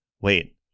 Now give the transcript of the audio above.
wait